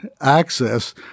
access